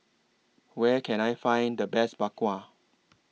Where Can I Find The Best Bak Kwa